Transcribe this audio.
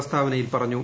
പ്രസ്താവനയിൽ പറഞ്ഞു